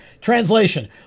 Translation